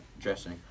dressing